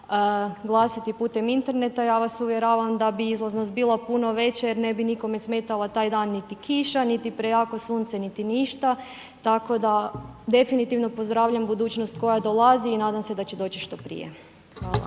glasati putem interneta, ja vas uvjeravam da bi izlaznost bila puno veća jer ne bi nikome smetala taj dan niti kiša, niti prejako sunce niti ništa, tako da definitivno pozdravljam budućnost koja dolazi i nadam se da će doći što prije. Hvala.